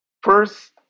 first